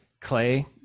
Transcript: Clay